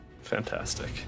Fantastic